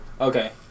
Okay